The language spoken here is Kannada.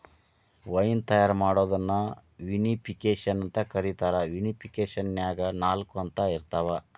ವೈನ್ ತಯಾರ್ ಮಾಡೋದನ್ನ ವಿನಿಪಿಕೆಶನ್ ಅಂತ ಕರೇತಾರ, ವಿನಿಫಿಕೇಷನ್ನ್ಯಾಗ ನಾಲ್ಕ ಹಂತ ಇರ್ತಾವ